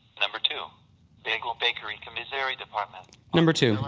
number two bagel bakery, commissary department. number two.